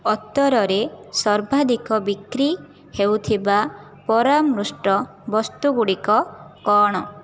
ଅତରରେ ସର୍ବାଧିକ ବିକ୍ରି ହେଉଥିବା ପରାମୃଷ୍ଟ ବସ୍ତୁଗୁଡ଼ିକ କ'ଣ